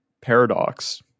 paradox